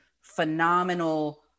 phenomenal